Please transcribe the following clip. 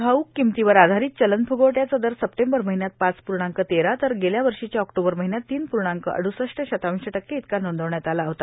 घाऊक किंमतीवर आधारित चलन फ्गवट्याचा दर सप्टेंबर महिन्यात पाच पूर्णांक तेरा तर गेल्या वर्षीच्या ऑक्टोबर महिन्यात तीन पूर्णांक अड्सष्ठ शतांश टक्के इतका नोंदवण्यात आला होता